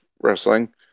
Wrestling